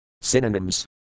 Synonyms